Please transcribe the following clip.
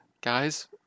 guys